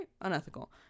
Unethical